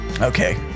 Okay